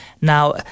Now